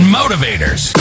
motivators